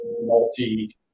multi